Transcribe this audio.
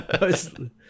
Mostly